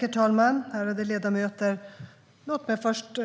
Herr talman! Ärade ledamöter! Låt mig först